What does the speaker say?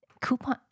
Coupon